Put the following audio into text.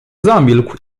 zamilkł